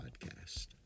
Podcast